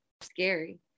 scary